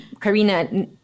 Karina